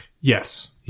Yes